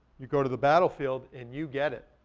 you go to the battlefield and you get it.